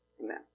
Amen